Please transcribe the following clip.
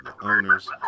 owners